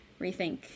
rethink